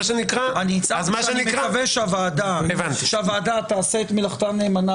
אמרתי שאני מקווה שהוועדה תעשה את מלאכתה נאמנה